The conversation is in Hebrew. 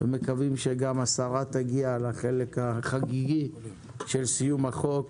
ומקווים שגם השרה תגיע לחלק החגיגי של סיום החוק.